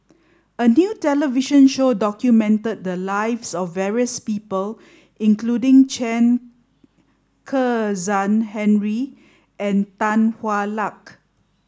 a new television show documented the lives of various people including Chen Kezhan Henri and Tan Hwa Luck